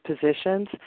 positions